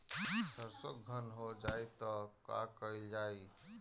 सरसो धन हो जाई त का कयील जाई?